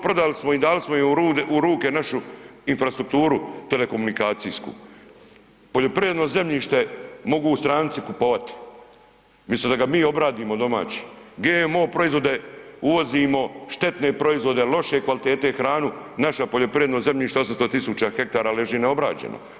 Prodali smo i dali smo im u ruke našu infrastrukturu telekomunikacijsku, poljoprivredno zemljište mogu stranci kupovati, misto da ga mi obradimo domaći, GMO proizvode uvozimo štetne proizvode, loše kvalitete hranu, naša poljoprivredna zemljišta 800.000 hektara leži neobrađeno.